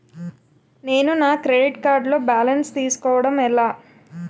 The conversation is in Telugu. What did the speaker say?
నేను నా క్రెడిట్ కార్డ్ లో బాలన్స్ తెలుసుకోవడం ఎలా?